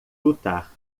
lutar